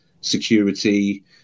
security